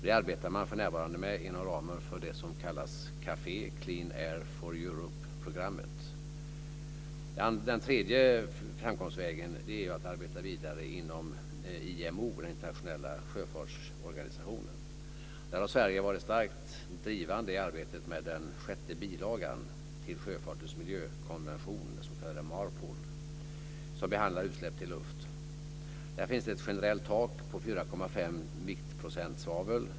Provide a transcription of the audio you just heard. Man arbetar med det för närvarande inom ramen för det som kallas CAFE, Clean Den tredje framgångsvägen är att arbeta vidare inom IMO, den internationella sjöfartsorganisationen. Där har Sverige varit starkt drivande i arbetet med den sjätte bilagan till sjöfartens miljökonvention, den s.k. Marpol, som behandlar utsläpp till luft. Där finns ett generellt tak på 4,5 viktprocent svavel.